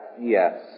yes